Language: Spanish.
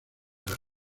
las